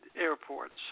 airports